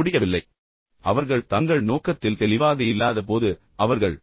எனவே அவர்கள் தங்கள் நோக்கத்தில் தெளிவாக இல்லாதபோது அவர்கள்